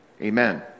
amen